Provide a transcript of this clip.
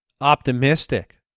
optimistic